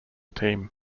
team